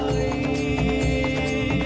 a